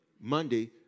Monday